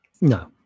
No